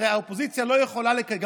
הרי האופוזיציה לא יכולה לקדם